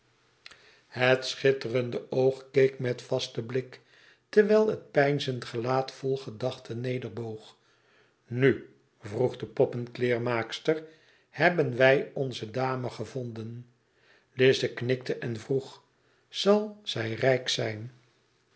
het sclutterende oog keek met vasten blik terwijl het peinzend gelaat vol gedachten nederboog inu vroeg de poppcdkleermaakster hebben wij onze dame gevonden lize knikte en vroeg i zal zij rijk zijn